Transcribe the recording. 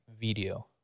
video